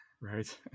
Right